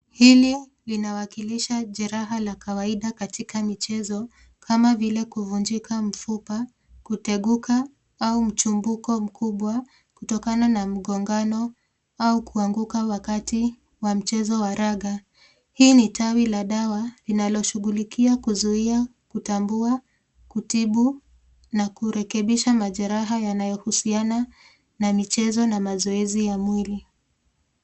Hili linawakilisha jeraha la kawaida katika michezo kama vile kuvunjika mfupa, kuteguka au mchimbuko mkubwa kutokana na mgongano au kuanguka wakati wa mchezo wa raga. Hii ni tawi la dawa inaloshughulikia kuzuia, kutambua, kutibu na kurekebisha majeraha yanayohusiana na michezo na mazoezi ya mwili.